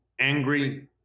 angry